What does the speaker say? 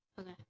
Okay